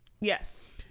Yes